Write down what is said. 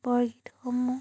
বৰগীতসমূহ